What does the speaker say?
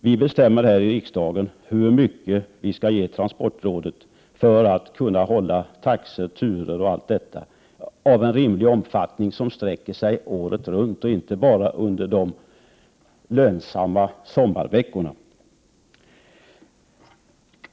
Vi bestämmer här i riksdagen hur mycket vi skall ge transportrådet för att kunna hålla taxor, turer och allt detta av en rimlig omfattning som sträcker sig året runt och inte bara under de lönsamma sommarveckorna.